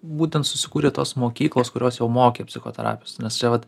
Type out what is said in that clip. būtent susikūrė tos mokyklos kurios jau mokė psichoterapijos nes čia vat